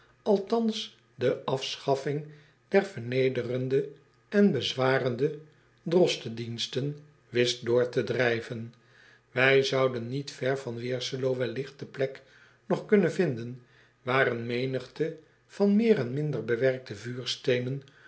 althans de afschaffing der vernederende en bezwarende drostendiensten wist doortedrijven ij zouden niet ver van eerselo welligt de plek nog kunnen vinden waar een menigte van meer en minder bewerkte vuursteenen